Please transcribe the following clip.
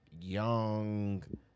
young